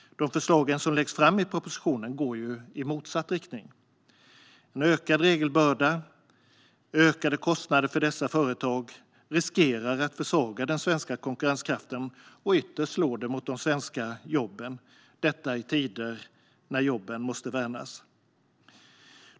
De förslag som läggs fram i propositionen går i motsatt riktning. En ökad regelbörda och ökade kostnader för dessa företag riskerar att försvaga den svenska konkurrenskraften och slår ytterst mot svenska jobb, i tider då jobben måste värnas.